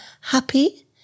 happy